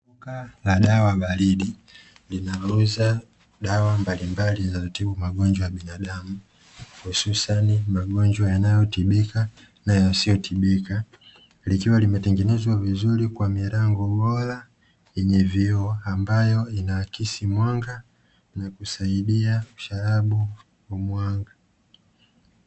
Duka la dawa baridi , linalouza dawa mbalimbali zinazotibu magonjwa ya binadamu, hususani magonjwa yanayotibika na yasiyotibika, likiwa limetengenezwa vizuri, kwa milango bora yenye vioo ambayo inahakisi mwanga na kusaidia kusharabu wa mwanga.